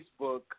Facebook